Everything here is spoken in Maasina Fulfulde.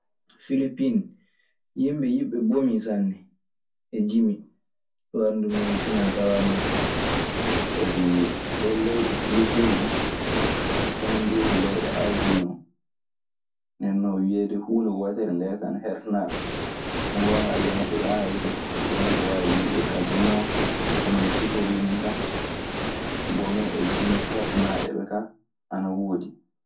Yimɓe jiɓɓe bomi sanne e jime duu ana duumi e finaa tawaa maɓɓe. Sabi ɗee leyɗe Filipiin en, kañun duu leyɗe Aasi non. Nden non wiyeede huunde wootere ndee kaa ana hertanaa ɓe. So ngoonga Alla neɗɗo yahaayi ton, walaa ko waawi wiide. Kaa jooni non hono no siforii nii tan, bome e jime kertanaaɗe ɓe kaa ana woodi.